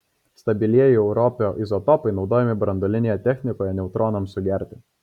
stabilieji europio izotopai naudojami branduolinėje technikoje neutronams sugerti